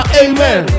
amen